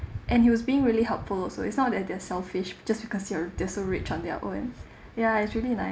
and he was being really helpful so it's not that they're selfish just because you're they're so rich on their own ya it's really nice